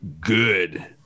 good